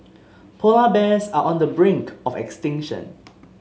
polar bears are on the brink of extinction